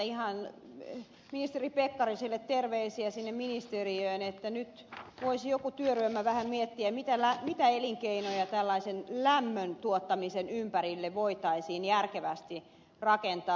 ihan ministeri pekkariselle terveisiä sinne ministeriöön että nyt voisi joku työryhmä vähän miettiä mitä elinkeinoja tällaisen lämmön tuottamisen ympärille voitaisiin järkevästi rakentaa